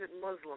Muslim